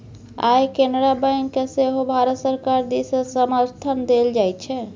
आय केनरा बैंककेँ सेहो भारत सरकार दिससँ समर्थन देल जाइत छै